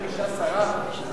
שאשה תענה על הצעת החוק הזאת.